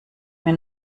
mir